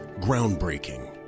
Groundbreaking